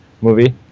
movie